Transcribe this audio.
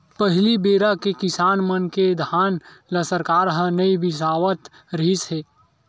पहली बेरा के किसान मन के धान ल सरकार ह नइ बिसावत रिहिस हे